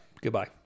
Goodbye